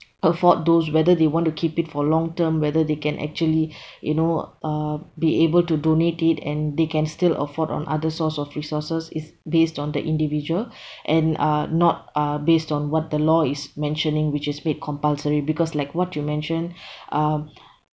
afford those whether they want to keep it for long term whether they can actually you know uh be able to donate it and they can still afford on other source of resources is based on the individual and uh not uh based on what the law is mentioning which is made compulsory because like what you mentioned um